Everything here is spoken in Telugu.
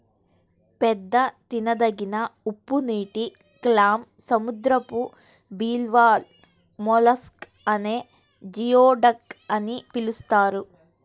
పెద్ద తినదగిన ఉప్పునీటి క్లామ్, సముద్రపు బివాల్వ్ మొలస్క్ నే జియోడక్ అని పిలుస్తారు